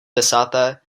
desáté